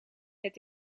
het